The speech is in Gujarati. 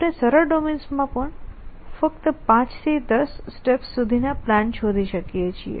આપણે સરળ ડોમેન્સમાં પણ ફક્ત 5 થી 10 સ્ટેપ્સ સુધી ના પ્લાન શોધી શકીએ છીએ